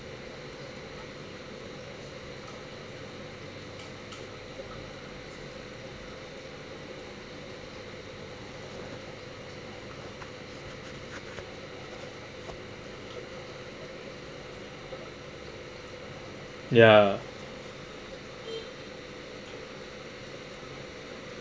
ya